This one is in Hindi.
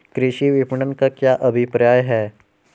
कृषि विपणन का क्या अभिप्राय है?